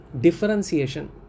differentiation